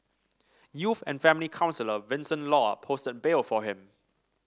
youth and family counsellor Vincent Law posted bail for him